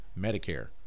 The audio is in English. Medicare